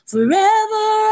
Forever